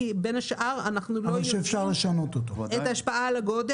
מנאר, תפתח את המצלמה ואת המיקרופון.